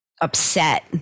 upset